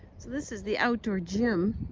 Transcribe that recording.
so this is the outdoor gym.